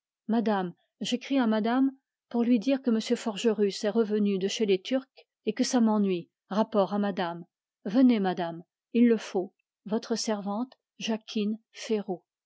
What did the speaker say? madame j'écris à madame pour lui dire que m forgerus est revenu de chez les turcs et que ça m'ennuie rapport à madame venez madame il le faut votre servante jacquine